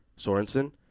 Sorensen